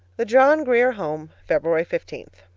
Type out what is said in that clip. the john grier home, february fifteen.